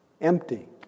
Empty